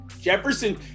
Jefferson